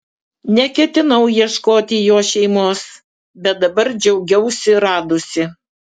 neketinau ieškoti jo šeimos bet dabar džiaugiausi radusi